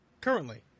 Currently